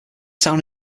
town